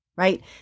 right